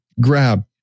grab